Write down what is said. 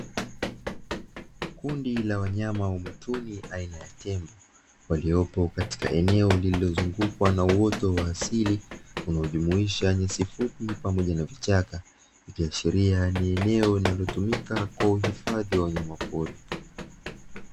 Kundi la wanyama mwituni aina ya tembo waliyopo katika eneo lililozungukwa na uoto wa asili unaojumuisha nyasi fupi pamoja na vichaka, ikiashiria ni eneo linalotumika kwa uhifadhi wa wanyama pori.